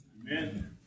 Amen